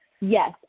Yes